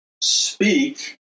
speak